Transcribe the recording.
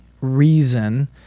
reason